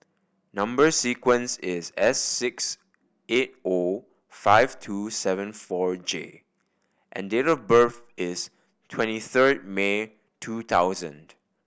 number sequence is S six eight O five two seven four J and date of birth is twenty third May two thousand